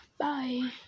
bye